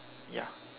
ya